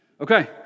Okay